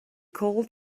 called